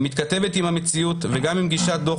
היא מתכתבת עם המציאות וגם עם גישת דוח